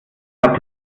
hat